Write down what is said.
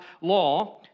law